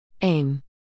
Aim